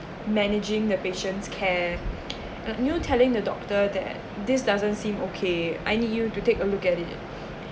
managing the patients care uh you telling the doctor that this doesn't seem okay I need you to take a look at it